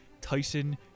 Tyson